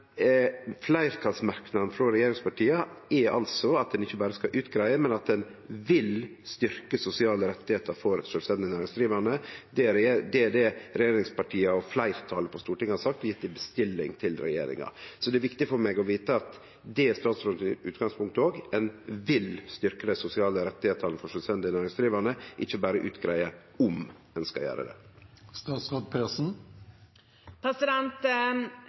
at ein «vil» styrkje sosiale rettar for sjølvstendig næringsdrivande. Det er det regjeringspartia og fleirtalet på Stortinget har sagt og gjeve ei bestilling til regjeringa på. Det er viktig for meg å vite at det òg er utgangspunktet til statsråden – ein vil styrkje dei sosiale rettane for sjølvstendig næringsdrivande, ikkje berre utgreie om ein skal gjere